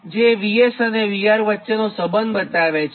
આ સમીકરણ VS અને VR વચ્ચેનો સંબંધ બતાવે છે